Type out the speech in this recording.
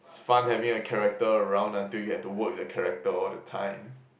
is fun having a character around until you have to work with the character all the time